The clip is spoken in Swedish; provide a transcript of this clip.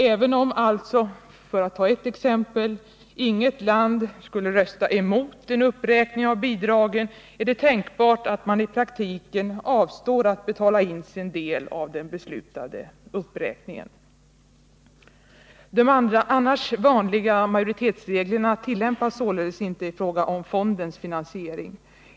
Även om, för att ta ett exempel, inget land skulle rösta emot en uppräkning av bidragen, är det tänkbart att man i praktiken avstår från att betala in sin del av den beslutade uppräkningen. De annars vanliga majoritetsreglerna tillämpas således inte i Nr 120 fråga om fondens finansiering.